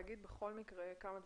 בכל מקרה חשוב לומר כמה דברים.